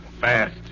Fast